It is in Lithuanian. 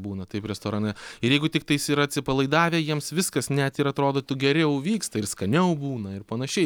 būna taip restorane ir jeigu tiktais yra atsipalaidavę jiems viskas net ir atrodo tu geriau vyksta ir skaniau būna ir panašiai